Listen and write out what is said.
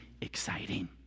exciting